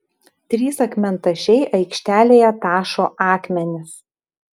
trys akmentašiai aikštelėje tašo akmenis